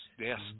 Yes